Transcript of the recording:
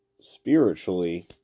spiritually